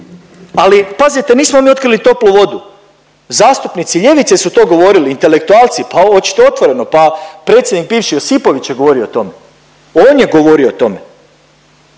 ali pazite nismo mi otkrili toplu vodu, zastupnici ljevice su to govorili intelektualci, pa evo oćete otvoreno pa predsjednik bivši Josipović je govorio o tome, on je govorio o tome